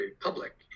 public